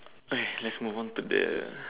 okay let's move on to this